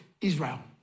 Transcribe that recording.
Israel